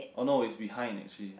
oh no it's behind actually